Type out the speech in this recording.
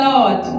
Lord